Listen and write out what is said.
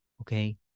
Okay